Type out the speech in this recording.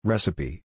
Recipe